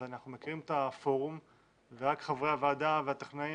אנחנו מכירים את הפורום ורק חברי הוועדה והטכנאים